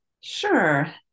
Sure